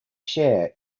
share